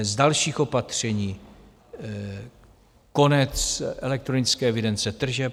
Z dalších opatření konec elektronické evidence tržeb.